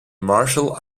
marshall